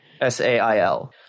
s-a-i-l